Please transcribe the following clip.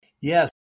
Yes